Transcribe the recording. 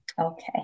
Okay